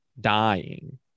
dying